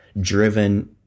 driven